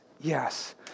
Yes